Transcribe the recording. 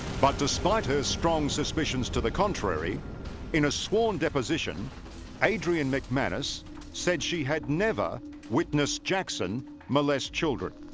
but despite her strong suspicions to the contrary in a sworn deposition adrienne mcmanus said she had never witnessed jackson molest children.